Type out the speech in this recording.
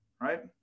right